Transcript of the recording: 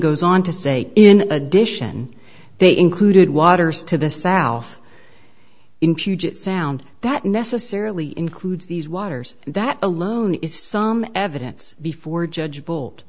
goes on to say in addition they included waters to the south in puget sound that necessarily includes these waters that alone is some evidence before judge bolt